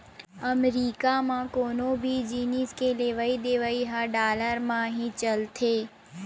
अमरीका म कोनो भी जिनिस के लेवइ देवइ ह डॉलर म ही चलथे